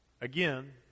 again